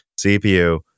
CPU